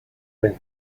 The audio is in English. when